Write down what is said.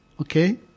okay